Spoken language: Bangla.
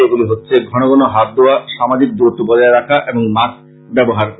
এইগুলি হচ্ছে ঘন ঘন হাত ধোয়া সামাজিক দূরত্ব বজায় রাখা এবং মাস্ক ব্যবহার করা